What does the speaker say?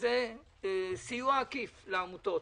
שזה סיוע עקיף לעמותות.